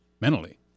mentally